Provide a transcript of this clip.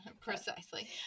Precisely